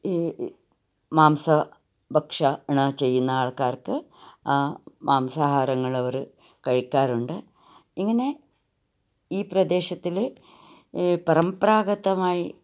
ഈ മാംസ ഭക്ഷണം ചെയ്യുന്ന ആൾക്കാർക്ക് മാംസാഹാരങ്ങൾ അവർ കഴിക്കാറുണ്ട് ഇങ്ങനെ ഈ പ്രദേശത്തിൽ ഈ പരമ്പരാഗതമായി